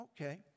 Okay